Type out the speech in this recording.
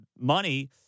money